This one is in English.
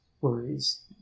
worries